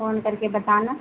phone करके बताना